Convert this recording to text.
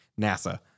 NASA